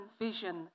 vision